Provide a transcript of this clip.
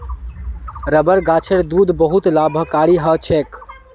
rubber गाछेर दूध बहुत लाभकारी ह छेक